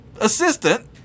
assistant